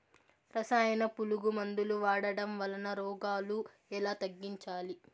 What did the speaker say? రసాయన పులుగు మందులు వాడడం వలన రోగాలు ఎలా తగ్గించాలి?